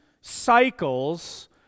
cycles